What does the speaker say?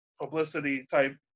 publicity-type